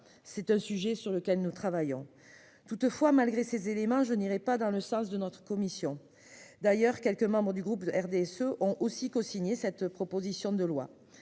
C'est un sujet sur lequel nous travaillons. Toutefois, malgré ces éléments, je n'irai pas dans le sens de notre commission d'ailleurs quelques membres du groupe RDSE ont aussi co-signé cette proposition de loi